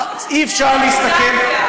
לא על זה הרגולציה.